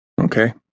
Okay